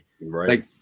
Right